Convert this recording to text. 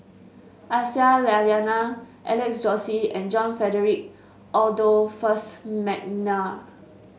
Aisyah Lyana Alex Josey and John Frederick Adolphus McNair